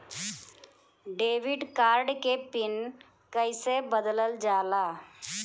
Debit card के PIN कईसे बदलल जाला?